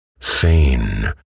Fain